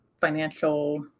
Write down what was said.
financial